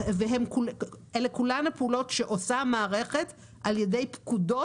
אלה כולן הפעולות שעושה המערכת על ידי פקודות,